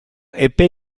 epe